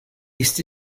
ist